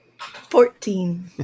Fourteen